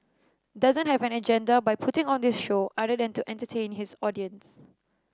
doesn't have an agenda by putting on this show other than to entertain his audience